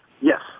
Yes